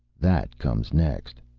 that comes next,